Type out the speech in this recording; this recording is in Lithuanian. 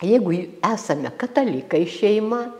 jeigu esame katalikai šeima